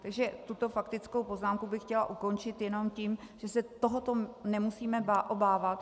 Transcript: Takže tuto faktickou poznámku bych chtěla ukončit tím, že se tohoto nemusíme obávat.